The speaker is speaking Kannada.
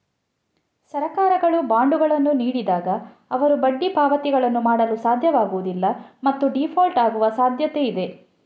ಸರ್ಕಾರಗಳು ಬಾಂಡುಗಳನ್ನು ನೀಡಿದಾಗ, ಅವರು ಬಡ್ಡಿ ಪಾವತಿಗಳನ್ನು ಮಾಡಲು ಸಾಧ್ಯವಾಗುವುದಿಲ್ಲ ಮತ್ತು ಡೀಫಾಲ್ಟ್ ಆಗುವ ಸಾಧ್ಯತೆಯಿದೆ